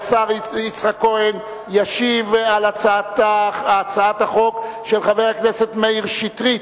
בהסכמה: השר יצחק כהן ישיב על הצעת החוק של חבר הכנסת מאיר שטרית,